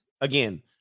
again